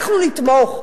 אנחנו נתמוך,